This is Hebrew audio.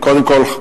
קודם כול,